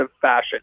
fashion